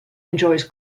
enjoys